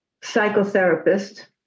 psychotherapist